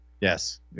Yes